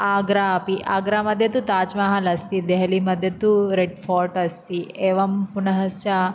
आग्रा अपि आग्रामध्ये तु ताज् महाल् अस्ति देहली मध्ये तु रेड् फ़ोर्ट अस्ति एवं पुनः स्या